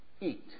Eat